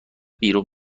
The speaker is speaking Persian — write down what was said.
بیرون